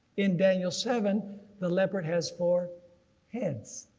in daniel seven the leopard has four heads.